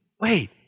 wait